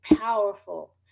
powerful